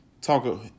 talk